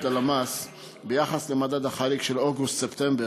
ללמ"ס ביחס למדד החריג של אוגוסט-ספטמבר,